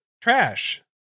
trash